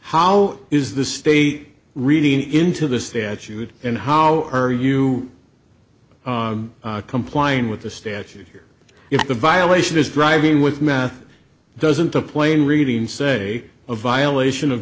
how is the state really into the statute and how are you complying with the statute here if the violation is driving with meth doesn't a plane reading say a violation of